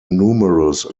numerous